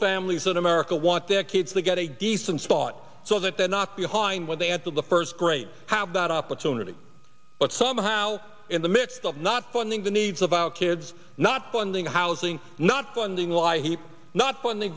families in america want their kids to get a decent thought so that they're not behind when they add to the first grade have that opportunity but somehow in the midst of not funding the needs of our kids not funding housing not funding why he's not funding